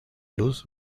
luz